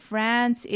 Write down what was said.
France